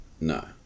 No